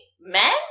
men